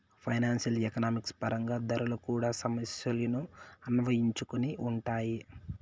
financial economics పరంగా ధరలు కూడా సమస్యలను అన్వయించుకొని ఉంటాయి